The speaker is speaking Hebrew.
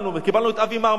קיבלנו את "מאווי מרמרה",